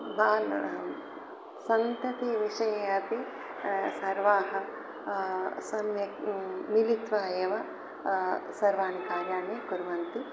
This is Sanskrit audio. बाल् सन्ततिविषये अपि सर्वाः सम्यक् मिलित्वा एव सर्वाणि कार्याणि कुर्वन्ति